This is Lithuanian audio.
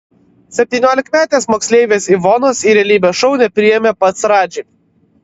septyniolikmetės moksleivės ivonos į realybės šou nepriėmė pats radži